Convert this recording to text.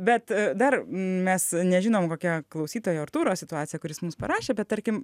bet dar mes nežinom kokia klausytojo artūro situacija kuris mus parašė bet tarkim